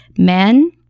Men